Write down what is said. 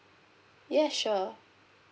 yes sure